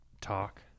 talk